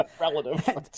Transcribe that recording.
relative